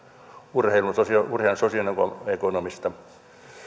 urheilun sosioekonomista